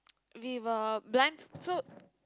we were blind so